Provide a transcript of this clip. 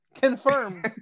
confirm